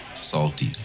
Salty